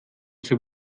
zur